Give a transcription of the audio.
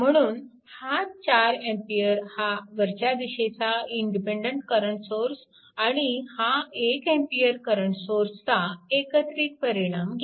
म्हणून हा 4A हा वरच्या दिशेचा इंडिपेन्डन्ट करंट सोर्स आणि हा 1A करंट सोर्सचा एकत्रित परिणाम घ्या